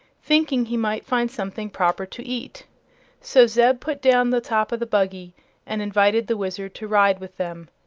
thinking he might find something proper to eat so zeb put down the top of the buggy and invited the wizard to ride with them.